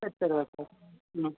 சரி சரி ஓகே ம்